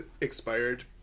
expired